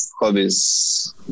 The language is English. hobbies